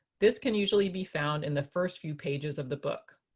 this can usually be found in the first few pages of the book.